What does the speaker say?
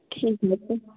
ঠিক আছে